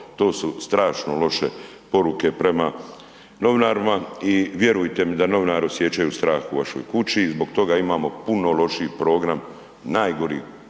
to su strašno loše poruke prema novinarima i vjerujte mi da novinari osjećaju strah u vašoj kući i zbog toga imamo puno lošiji program, najgori,